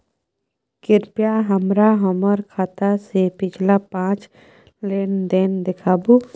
कृपया हमरा हमर खाता से पिछला पांच लेन देन देखाबु